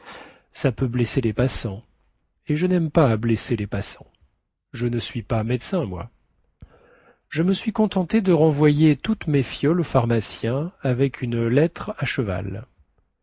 ça peut blesser les passants et je naime pas à blesser les passants je ne suis pas médecin moi je me suis contenté de renvoyer toutes mes fioles au pharmacien avec une lettre à cheval